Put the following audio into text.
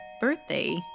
birthday